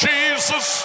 Jesus